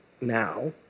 Now